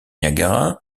niagara